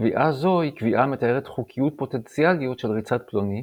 קביעה זו היא קביעה המתארת חוקיות פוטנציאלית של ריצת פלוני,